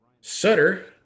Sutter